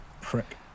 Prick